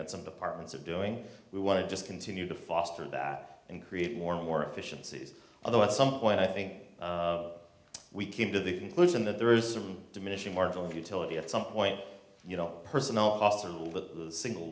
that some departments are doing we want to just continue to foster that and create more and more efficiencies although at some point i think we came to the conclusion that there is a certain diminishing marginal utility at some point you know personnel